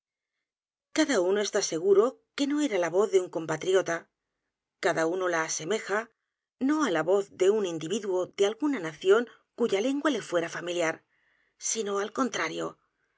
cada uno está seguro que no era la voz de un compatriota cada uno la asemeja no á la voz de un individuo de alguna nación cuya lengua le fuera familiar sino al contrario